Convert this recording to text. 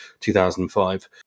2005